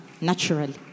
Naturally